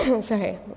Sorry